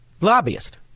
lobbyist